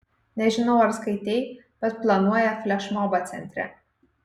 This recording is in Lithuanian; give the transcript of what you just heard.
nežinau ar skaitei bet planuoja flešmobą centre